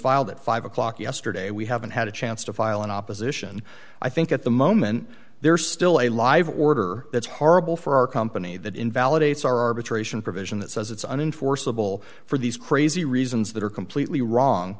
filed at five o'clock yesterday we haven't had a chance to file an opposition i think at the moment there is still a live order that's horrible for our company that invalidates our arbitration provision that says it's an in for civil for these crazy reasons that are completely wrong